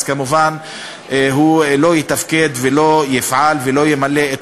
אז כמובן הוא לא יתפקד ולא יפעל ולא ימלא את